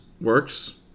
works